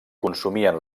consumien